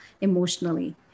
emotionally